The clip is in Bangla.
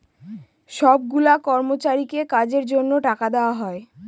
সব গুলা কর্মচারীকে কাজের জন্য টাকা দেওয়া হয়